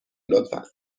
لطفا